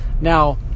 Now